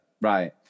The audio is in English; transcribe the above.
Right